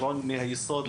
מהיסוד,